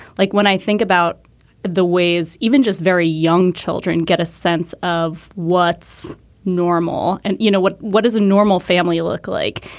like when i think about the ways even just very young children get a sense of what's normal and you know what what is a normal family you look like.